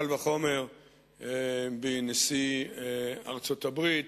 קל וחומר בנשיא ארצות-הברית.